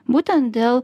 būtent dėl